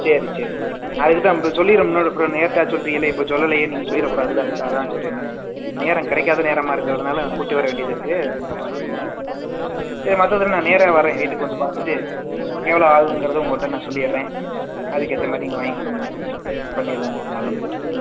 சரி சரி சரி அதுக்கு தான் இப்போ சொல்லிகிறேன் முன்னாடி அப்புறம் லேட்டாக சொல்கிறீகளே இப்போ சொல்லலையேன்னு நீங்கள் சொல்லிடக் கூடாதுல அதுக்காக தான் சொல்கிறேன் என்னென்னு நேரம் கிடைக்காத நேரமாக இருக்கறதுனால் நான் கூட்டி வர வேண்டியதுருக்குது அதனால் பார்த்துக்குங்க சரி மற்றது நான் நேராக வரேன் வீட்டுக்கு வந்து பார்த்துட்டு எவ்வளோ ஆகுங்கிறதை உங்கள்கிட்ட நான் சொல்லிகிறேன் அதுக்கேற்ற மாதிரி நீங்கள் வாங்கி கொடுங்க பண்ணிருவோம் ஒரு நாளில் முடிச்சுடுவோம்